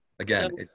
again